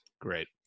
Great